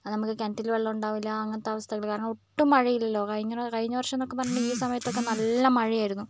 അത് നമുക്ക് കിണറ്റിൽ വെള്ളമുണ്ടാവില്ല അങ്ങനത്തെ അവസ്ഥകൾ കാരണം ഒട്ടും മഴയില്ലല്ലോ കഴിഞ്ഞ പ്രാവശ്യം കഴിഞ്ഞ വർഷംന്നൊക്കെ പറഞ്ഞിട്ടുണ്ടെങ്കിൽ ഈ സമയത്തൊക്കെ നല്ല മഴയായിരുന്നു